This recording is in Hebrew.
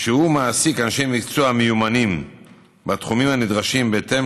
אשר מעסיק אנשי מקצוע מיומנים בתחומים הנדרשים בהתאם